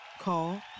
Call